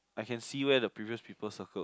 I can see where the previous people circle